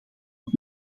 het